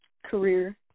career